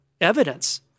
evidence